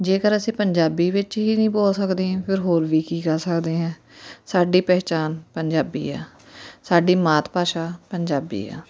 ਜੇਕਰ ਅਸੀਂ ਪੰਜਾਬੀ ਵਿੱਚ ਹੀ ਨਹੀਂ ਬੋਲ ਸਕਦੇ ਹਾਂ ਫਿਰ ਹੋਰ ਵੀ ਕੀ ਕਰ ਸਕਦੇ ਹਾਂ ਸਾਡੀ ਪਹਿਚਾਣ ਪੰਜਾਬੀ ਆ ਸਾਡੀ ਮਾਤ ਭਾਸ਼ਾ ਪੰਜਾਬੀ ਆ